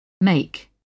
Make